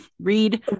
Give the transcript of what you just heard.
Read